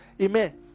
Amen